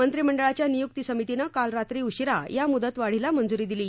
मंत्रिमंडळाच्या नियुक्ती समितीनं काल रात्री उशीरा या मुदतवाढीला मंजुरी दिली